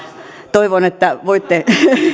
toivon että voitte